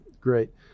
great